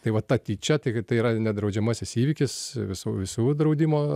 tai vat ta tyčia tai tai yra nedraudžiamasis įvykis visų visų draudimo